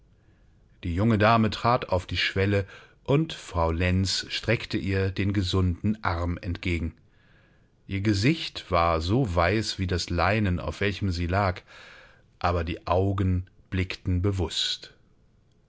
die junge dame trat auf die schwelle und frau lenz streckte ihr den gesunden arm entgegen ihr gesicht war so weiß wie das leinen auf welchem sie lag aber die augen blickten bewußt